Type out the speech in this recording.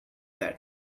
that